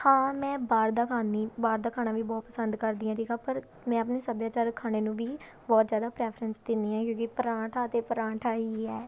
ਹਾਂ ਮੈਂ ਬਾਹਰ ਦਾ ਖਾਂਦੀ ਬਾਹਰ ਦਾ ਖਾਣਾ ਵੀ ਬਹੁਤ ਪਸੰਦ ਕਰਦੀ ਹਾਂ ਠੀਕ ਆ ਪਰ ਮੈਂ ਆਪਣੇ ਸੱਭਿਆਚਾਰਕ ਖਾਣੇ ਨੂੰ ਵੀ ਬਹੁਤ ਜ਼ਿਆਦਾ ਪ੍ਰੈਫਰੈਂਸ ਦਿੰਦੀ ਹਾਂ ਕਿਉਂਕਿ ਪਰਾਂਠਾ ਤਾਂ ਪਰਾਂਠਾ ਹੀ ਹੈ